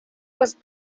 was